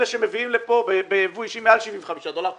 אלה שמביאים לכאן ביבוא אישי מעל 75 דולר.